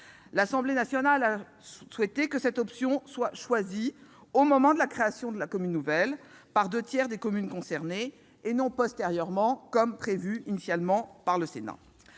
L'Assemblée nationale a souhaité que cette option soit choisie au moment de la création de la commune nouvelle par deux tiers des communes concernées, et non postérieurement comme le Sénat